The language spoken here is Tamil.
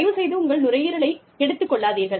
தயவுசெய்து உங்கள் நுரையீரலைக் கெடுத்துக் கொள்ளாதீர்கள்